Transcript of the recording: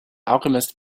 alchemist